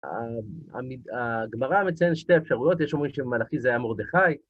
הגמרא מציין שתי אפשרויות, יש אומרים שבמלאכי זה היה מרדכי